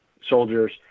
soldiers